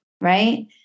right